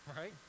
right